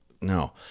No